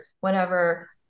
whenever